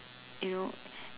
you know